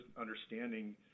understanding